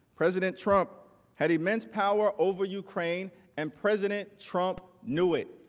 president trump had immense power over ukraine and president trump knew it.